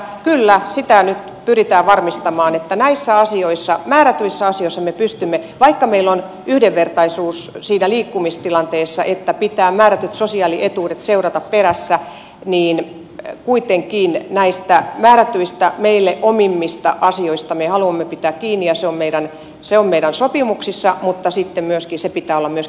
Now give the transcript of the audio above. kyllä sitä nyt pyritään varmistamaan että näissä asioissa määrätyissä asioissa me pystymme vaikka meillä on yhdenvertaisuus siinä liikkumistilanteessa että pitää määrättyjen sosiaalietuuksien seurata perässä kuitenkin näistä määrätyistä meille omimmista asioista me haluamme pitää kiinni ja se on meidän sopimuksissa mutta sen pitää olla myöskin meidän lainsäädännössä